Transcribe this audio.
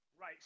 Right